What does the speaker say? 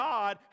God